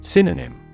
Synonym